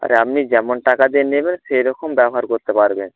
আরে আপনি যেমন টাকা দিয়ে নেবেন সেই রকম ব্যবহার করতে পারবেন